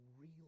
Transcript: real